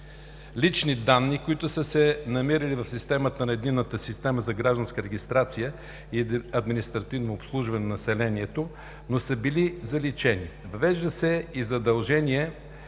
лични данни, които са се намирали в системата на Единната система за гражданска регистрация и административно обслужване на населението – ЕСГРАОН, но са били заличени. Въвежда се и задължение